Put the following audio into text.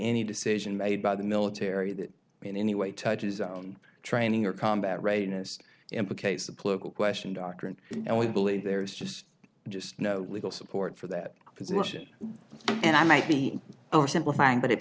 any decision made by the military that in any way touches on training or combat readiness implicates a political question doctrine and we believe there is just just no legal support for that position and i might be oversimplifying but it